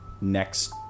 next